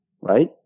right